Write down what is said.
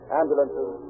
ambulances